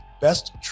best